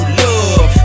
love